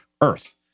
Earth